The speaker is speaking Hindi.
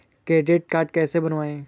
क्रेडिट कार्ड कैसे बनवाएँ?